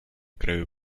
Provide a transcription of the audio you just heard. краю